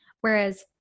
Whereas